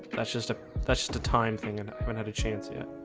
that's just a that's just a time thing and haven't had a chance yet